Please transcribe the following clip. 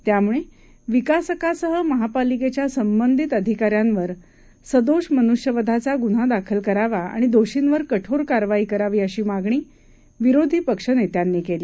त्यामुळे विकासकासह महापालिकेच्या संबंधित अधिकाऱ्यांवर सदोष मनुष्यवधाचा गुन्हा दाखल करावा आणि दोषींवर कठेार कारवाई करावी अशी मागणी विरोधी पक्षनेत्यांनी केली